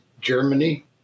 Germany